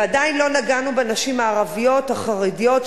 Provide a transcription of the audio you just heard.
ועדיין לא נגענו בנשים הערביות והחרדיות,